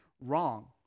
wrong